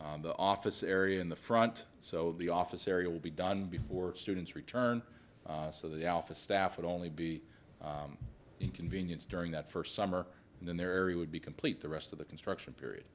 area the office area in the front so the office area would be done before students return so the office staff would only be inconvenienced during that first summer and then their area would be complete the rest of the construction period